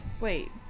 wait